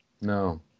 No